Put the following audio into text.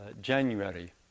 January